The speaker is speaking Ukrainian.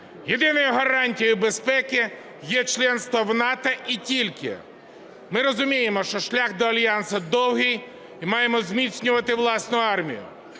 Єдиною гарантією безпеки є членство в НАТО і тільки. Ми розуміємо, що шлях до альянсу довгий і маємо зміцнювати власну армію.